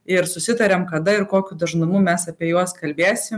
ir susitariam kada ir kokiu dažnumu mes apie juos kalbėsim